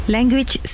Language